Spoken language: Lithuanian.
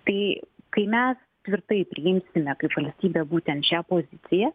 tai kai mes tvirtai priimsime kaip valstybė būtent šią poziciją